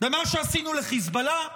במה שעשינו לחיזבאללה,